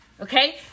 Okay